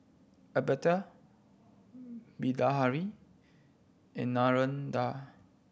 Amitabh Bilahari and Narendra